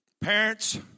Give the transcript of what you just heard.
Parents